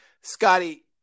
Scotty